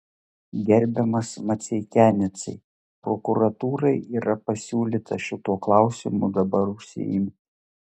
gerbiamas maceikianecai prokuratūrai yra pasiūlyta šituo klausimu dabar užsiimti